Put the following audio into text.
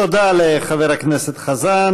תודה לחבר הכנסת חזן.